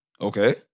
okay